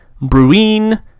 Bruin